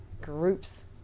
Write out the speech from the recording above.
groups